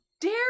dare